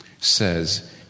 says